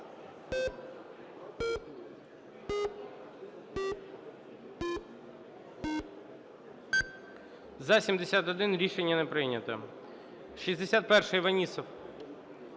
За-71 Рішення не прийнято. 61-а, Іванісов.